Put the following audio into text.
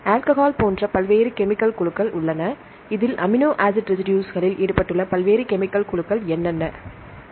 alcohol போன்ற பல்வேறு chemical குழுக்கள் உள்ளன இதில் அமினோ ஆசிட் ரெசிடுஸ்களில் ஈடுபட்டுள்ள பல்வேறு கெமிக்கல் குழுக்கள் யாவை